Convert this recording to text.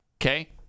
Okay